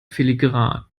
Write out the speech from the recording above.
filigran